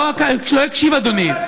לא הקשיב אדוני.